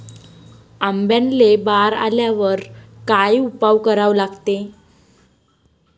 आंब्याले बार आल्यावर काय उपाव करा लागते?